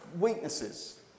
weaknesses